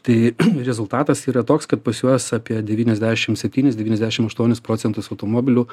tai rezultatas yra toks kad pas juos apie devyniasdešim septynis devyniasdešim aštuonis procentus automobilių